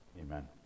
Amen